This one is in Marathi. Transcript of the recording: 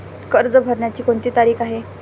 कर्ज भरण्याची कोणती तारीख आहे?